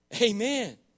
Amen